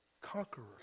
Conqueror